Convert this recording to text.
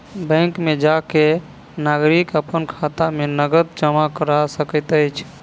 bank में जा के नागरिक अपन खाता में नकद जमा करा सकैत अछि